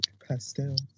Pastels